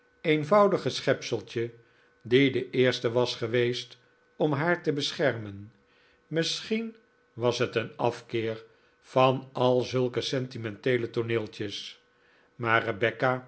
eenvoudige schepseltje die de eerste was geweest om haar te beschermen misschien was het een afkeer van al zulke sentimenteele tooneeltjes maar